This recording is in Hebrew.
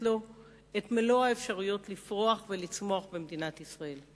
לו את מלוא האפשרויות לפרוח ולצמוח במדינת ישראל.